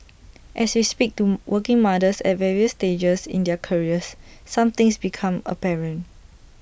as we speak to working mothers at various stages in their careers some things become apparent